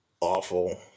awful